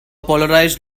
polarized